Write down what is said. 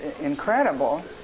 incredible